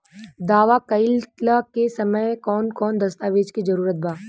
दावा कईला के समय कौन कौन दस्तावेज़ के जरूरत बा?